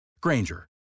Granger